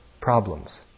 problems